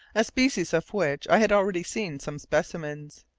a species of which i had already seen some specimens.